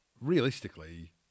Realistically